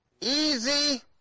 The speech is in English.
easy